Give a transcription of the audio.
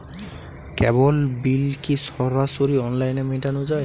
কেবল bill কি সরাসরি অনলাইনে মেটানো য়ায়?